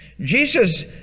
Jesus